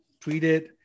tweeted